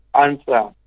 answer